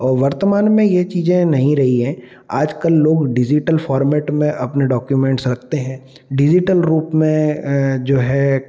और वर्तमान में ये चीजें नहीं रही हैं आजकल लोग डिजिटल फार्मेट में अपने डॉक्यूमेंट्स रखते हैं डिजिटल रूप में जो है